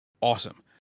awesome